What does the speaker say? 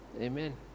Amen